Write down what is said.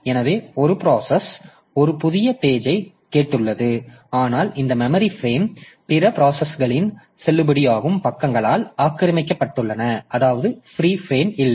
எனவே ஒரு ப்ராசஸ் ஒரு புதிய பேஜ் ஐ கேட்டுள்ளது ஆனால் இந்த மெமரி பிரேம் பிற ப்ராசஸ்களின் செல்லுபடியாகும் பக்கங்களால் ஆக்கிரமிக்கப்பட்டுள்ளன அதாவது பிரீ ஃபிரேம் இல்லை